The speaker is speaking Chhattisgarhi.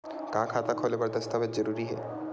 का खाता खोले बर दस्तावेज जरूरी हे?